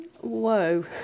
Whoa